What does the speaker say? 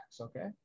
okay